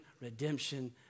redemption